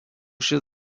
šis